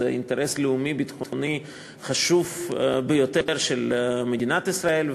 אינטרס לאומי ביטחוני חשוב ביותר של מדינת ישראל.